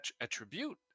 attribute